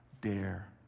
dare